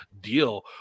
deal